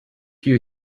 you